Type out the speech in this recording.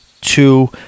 two